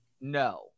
No